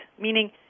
meaning